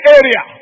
area